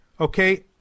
Okay